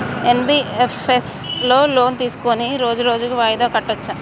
NBFS లో loan తీస్కొని రోజు రోజు వాయిదా కట్టచ్ఛా?